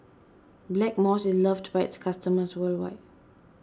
Blackmores is loved by its customers worldwide